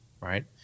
right